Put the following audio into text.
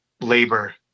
labor